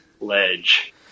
ledge